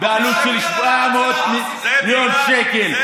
בעלות של 1.5 מיליארד שקלים,